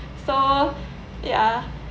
so ya